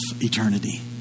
eternity